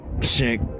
Sick